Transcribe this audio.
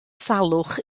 salwch